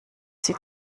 sie